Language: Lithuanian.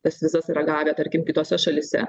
tas vizas yra gavę tarkim kitose šalyse